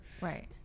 Right